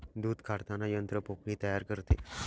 दूध काढताना यंत्र पोकळी तयार करते